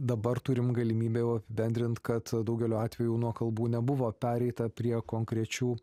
dabar turim galimybę jau apibendrint kad daugeliu atvejų nuo kalbų nebuvo pereita prie konkrečių